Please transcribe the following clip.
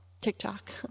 TikTok